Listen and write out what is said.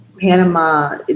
Panama